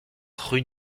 rue